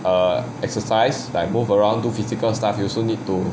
err exercise like move around do physical stuff you also need to